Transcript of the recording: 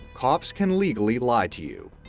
cops can legally lie to you.